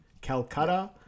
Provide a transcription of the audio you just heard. Calcutta